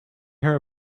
her